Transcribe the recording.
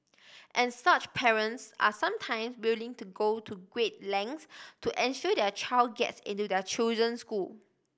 and such parents are sometimes willing to go to great lengths to ensure their child gets into their chosen school